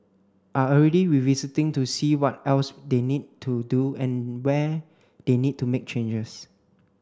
are already revisiting to see what else they need to do and where they need to make changes